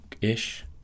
ish